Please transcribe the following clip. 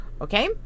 Okay